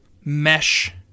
mesh